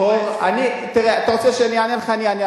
אני אענה.